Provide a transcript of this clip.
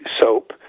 Soap